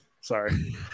sorry